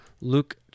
Luke